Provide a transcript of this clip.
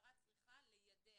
המשטרה צריכה ליידע,